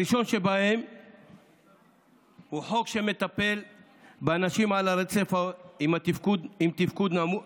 הראשון שבהם הוא חוק שמטפל באנשים על הרצף עם תפקוד נמוך